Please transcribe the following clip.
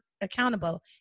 accountable